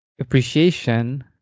appreciation